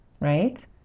Right